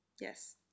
Yes